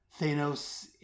Thanos